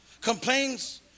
complains